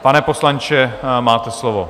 Pane poslanče, máte slovo.